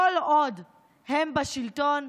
כל עוד הם בשלטון,